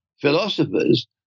philosophers